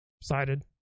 cited